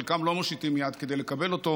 חלקם לא מושיטים יד כדי לקבל אותו,